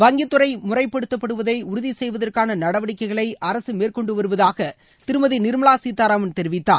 வங்கித்துறை முறைப்படுத்தப்படுவதை உறுதி செய்வதற்கான நடவடிக்கைகளை அரசு மேற்கொண்டு வருவதாக திருமதி நிர்மலா சீத்தாராமன் தெரிவித்தார்